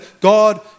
God